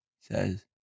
says